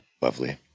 Lovely